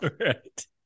Right